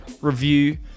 review